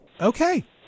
okay